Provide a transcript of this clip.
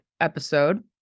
episode